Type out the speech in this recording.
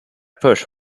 push